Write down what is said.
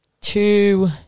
two